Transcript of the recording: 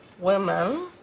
...women